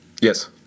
Yes